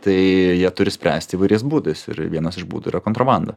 tai jie turi spręsti įvairiais būdais ir vienas iš būdų yra kontrabanda